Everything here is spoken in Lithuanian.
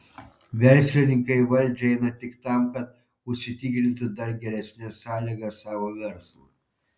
verslininkai į valdžią eina tik tam kad užsitikrintų dar geresnes sąlygas savo verslui